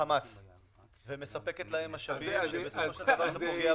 ולחמאס ומספקת להם משאבים שפוגעים במדינת